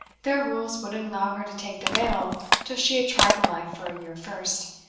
their rules wouldn't allow her to take the veil till she had tried the life for a year first,